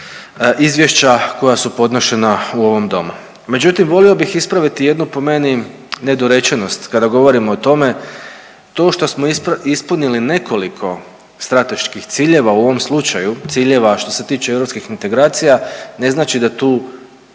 izvješća koja su podnošena u ovom domu. Međutim, volio bih ispraviti jednu po meni nedorečenost kada govorimo o tome, to što smo ispunili nekoliko strateških ciljeva u ovom slučaju ciljeva što se tiče europskih integracija ne znači da tu